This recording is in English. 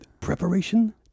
preparation